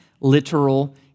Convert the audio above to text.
literal